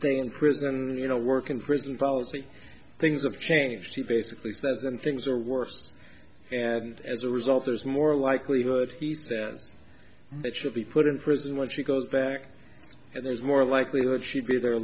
in prison and you know work in prison policy things have changed he basically says and things are worse and as a result there's more likelihood that it should be put in prison when she goes back and there's more likelihood she'd be there